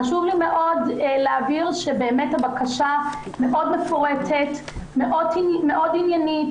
חשוב לי להבהיר שבאמת הבקשה מאוד מפורטת ומאוד עניינית.